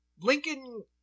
Lincoln